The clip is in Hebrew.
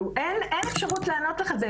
אין אפשרות לענות לך על זה.